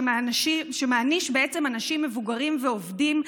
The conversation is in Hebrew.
שמעניש בעצם אנשים מבוגרים ועובדים.